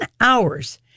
hours